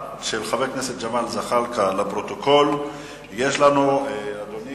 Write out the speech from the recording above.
חבר הכנסת ג'מאל זחאלקה שאל את השר לביטחון פנים ביום ג' באדר